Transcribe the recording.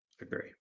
agree